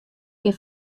kin